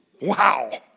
Wow